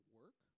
work